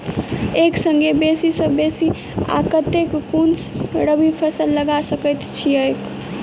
एक संगे बेसी सऽ बेसी कतेक आ केँ कुन रबी फसल लगा सकै छियैक?